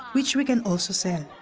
which we can also sell.